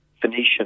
Phoenician